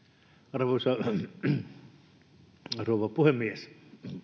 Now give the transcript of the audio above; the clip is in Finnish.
arvoisa rouva puhemies